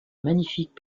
magnifiques